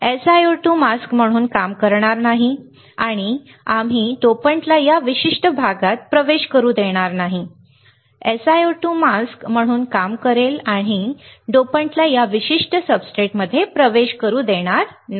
SiO2 mask म्हणून काम करणार नाही आणि आम्ही डोपंटला या विशिष्ट प्रदेशात प्रवेश करू देणार नाही बरोबर SiO2 मास्क म्हणून काम करेल आणि आम्ही डोपंटला या विशिष्ट सब्सट्रेटमध्ये प्रवेश करू देणार नाही